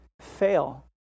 fail